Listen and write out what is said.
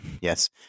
yes